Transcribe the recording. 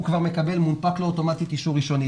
אוטומטית מונפק לו אישור ראשוני,